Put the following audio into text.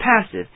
passive